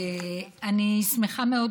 אני שמחה מאוד,